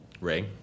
Ray